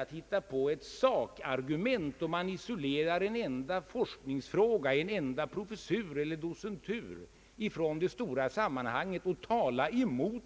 att hitta på ett sakargument, om man isolerar en enda forskningsfråga, en enda professur eller docentur ifrån det stora sammanhanget.